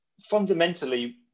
fundamentally